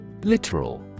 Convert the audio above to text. Literal